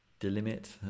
Delimit